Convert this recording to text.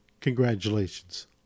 congratulations